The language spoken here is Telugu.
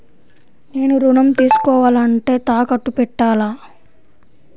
నేను ఋణం తీసుకోవాలంటే తాకట్టు పెట్టాలా?